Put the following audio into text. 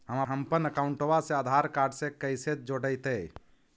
हमपन अकाउँटवा से आधार कार्ड से कइसे जोडैतै?